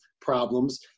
problems